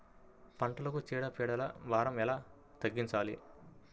పంటలకు చీడ పీడల భారం ఎలా తగ్గించాలి?